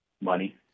Money